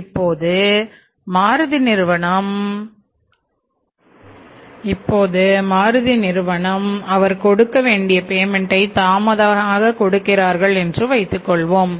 இப்போது மாருதி நிறுவன நிறுவனம் அவர் கொடுக்க வேண்டிய பேமென்ட் தாமதமாக கொடுக்கும் என்று வைத்துக்கொள்வோம்